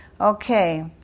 Okay